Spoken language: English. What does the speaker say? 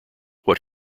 what